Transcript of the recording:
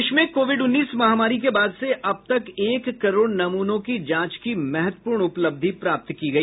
देश में कोविड उन्नीस महामारी के बाद से अब तक एक करोड़ नमूनों की जांच की महत्वपूर्ण उपलबधि प्राप्त की गई